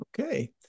Okay